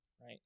right